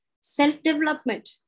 self-development